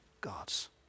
God's